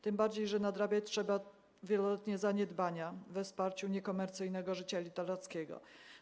Tym bardziej że nadrabiać trzeba wieloletnie zaniedbania we wsparciu niekomercyjnego życia literackiego.